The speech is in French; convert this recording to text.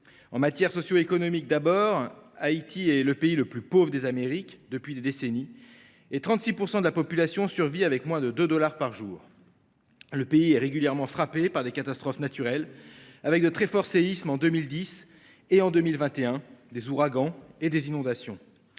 en matière socio économique : Haïti est le pays le plus pauvre des Amériques depuis des décennies, et 36 % de la population survivent avec moins de deux dollars par jour. Le pays est régulièrement frappé par des catastrophes naturelles, avec de très forts séismes, en 2010 et en 2021, des ouragans et des inondations.